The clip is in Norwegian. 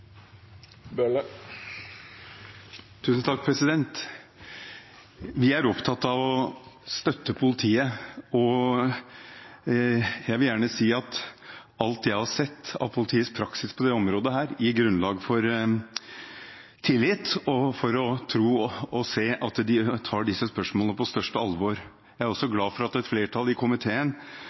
Vi er opptatt av å støtte politiet, og jeg vil gjerne si at alt jeg har sett av politiets praksis på dette området, gir grunnlag for tillit og for å tro at de tar disse spørsmålene på største alvor. Jeg er også glad for at et flertall i komiteen